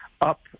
up